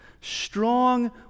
strong